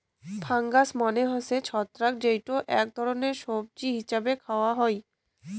fungus মানে হসে ছত্রাক যেইটা আক ধরণের সবজি হিছেবে খায়া হই